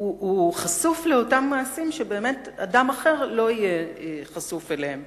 הוא חשוף לאותם מעשים שבאמת אדם אחר לא יהיה חשוף אליהם